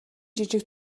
жижиг